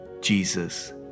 Jesus